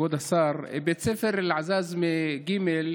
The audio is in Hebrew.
כבוד השר, בית ספר אלעזאזמה ג'